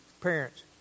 parents